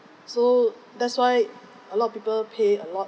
so that's why a lot of people pay a lot